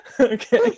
Okay